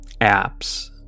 apps